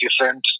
different